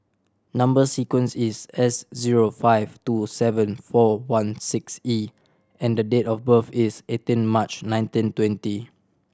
number sequence is S zero five two seven four one six E and the date of birth is eighteen March nineteen twenty